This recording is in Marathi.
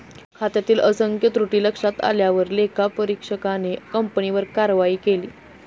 खात्यातील असंख्य त्रुटी लक्षात आल्यावर लेखापरीक्षकाने कंपनीवर कारवाई केली